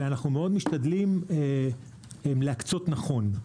ואנחנו מאוד משתדלים להקצות נכון.